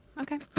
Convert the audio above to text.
Okay